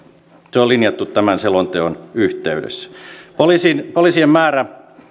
se on linjattu tämän selonteon yhteydessä poliisien määrä